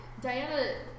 Diana